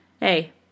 Hey